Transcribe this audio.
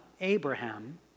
Abraham